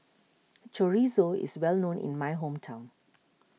Chorizo is well known in my hometown